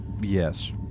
Yes